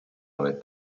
nave